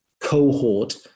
cohort